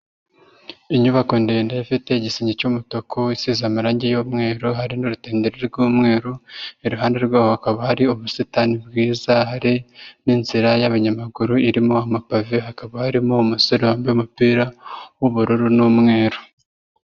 Inyubako ndende ifite igisenge cy'umutuku, isize amirangi y'umweru hari n'urutenderi rw'umweru, iruhande rw'aho hakaba hari ubusitani bwiza hari n'inzira y'abanyamaguru irimo amapave hakaba harimo umusore wambaye umupira w'ubururu n'umweru.